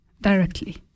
directly